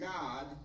God